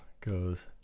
goes